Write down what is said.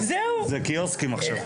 זה קיוסקים עכשיו.